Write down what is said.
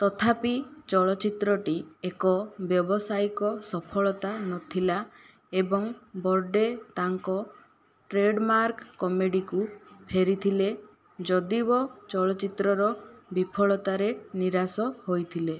ତଥାପି ଚଳଚ୍ଚିତ୍ରଟି ଏକ ବ୍ୟବସାୟିକ ସଫଳତା ନଥିଲା ଏବଂ ବର୍ଡେ ତାଙ୍କ ଟ୍ରେଡମାର୍କ କମେଡିକୁ ଫେରିଥିଲେ ଯଦିଓ ଚଳଚ୍ଚିତ୍ରର ବିଫଳତାରେ ନିରାଶ ହୋଇଥିଲେ